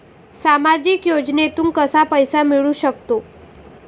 सामाजिक योजनेतून कसा पैसा मिळू सकतो?